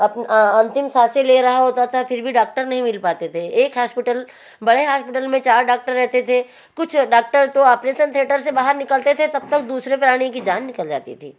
अंतिम साँसे ले रहा होता था फिर भी डाक्टर नहीं मिल पाते थे एक हास्पिटल बड़े हास्पिटल में चार डाक्टर रहते थे कुछ डाक्टर तो आपरेसन थिएटर से बाहर निकलते थे तब तक दूसरे प्राणी की जान निकल जाती थी